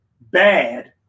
bad